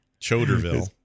Choderville